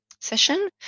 session